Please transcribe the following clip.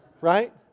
Right